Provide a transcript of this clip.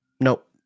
Nope